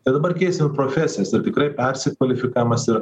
tai dabar keisim i profesijas ir tikrai persikvalifikavimas yra